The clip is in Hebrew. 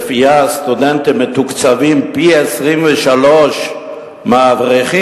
שלפיו הסטודנטים מתוקצבים פי-23 מאברכים,